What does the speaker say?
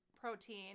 protein